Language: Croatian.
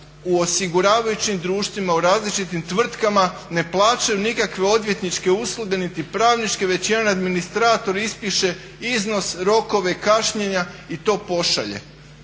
u osiguravajućim društvima, u različitim tvrtkama ne plaćaju nikakve odvjetničke usluge niti pravničke već administrator ispiše iznos, rokove, kašnjenja i to pošalje.